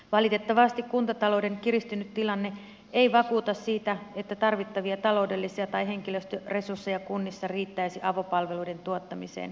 valitettavasti kuntatalouden kiristynyt tilanne ei vakuuta siitä että tarvittavia taloudellisia tai henkilöstöresursseja kunnissa riittäisi avopalveluiden tuottamiseen